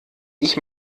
ich